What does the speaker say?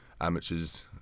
amateurs